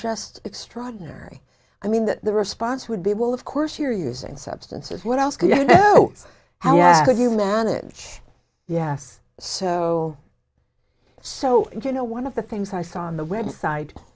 just extraordinary i mean that the response would be well of course you're using substances what else can you how could you manage yes so so you know one of the things i saw on the web site